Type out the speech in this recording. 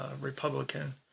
Republican